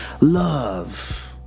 love